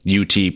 UT